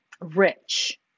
rich